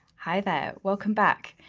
hi there, welcome back.